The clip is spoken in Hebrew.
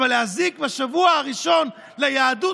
אבל להזיק בשבוע הראשון ליהדות?